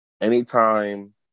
anytime